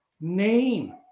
Name